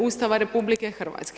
Ustava RH.